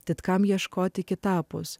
tad kam ieškoti kitapus